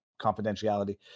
confidentiality